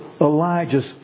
Elijah's